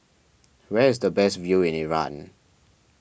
where is the best view in Iran